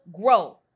grow